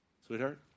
Sweetheart